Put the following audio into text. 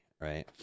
right